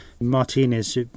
Martinez